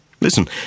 Listen